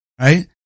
Right